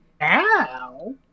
now